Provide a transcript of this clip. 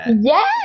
yes